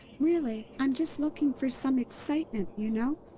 really, i'm just looking for some excitement, you know?